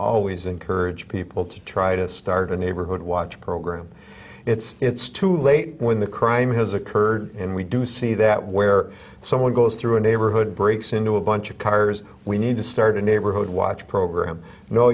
always encourage people to try to start a neighborhood watch program it's it's too late when the crime has occurred and we do see that where someone goes through a neighborhood breaks into a bunch of tires we need to start a neighborhood watch program